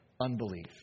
unbelief